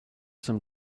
some